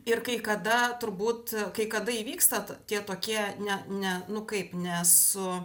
ir kai kada turbūt kai kada įvyksta tie tokie ne ne nu kaip ne su